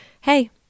hey